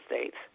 States